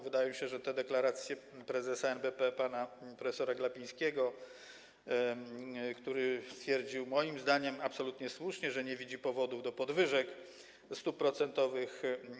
Wydaje się, że deklaracje prezesa NBP pana prof. Glapińskiego, który stwierdził, moim zdaniem absolutnie słusznie, że nie widzi powodów do podwyżek stóp procentowych.